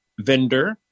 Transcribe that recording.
vendor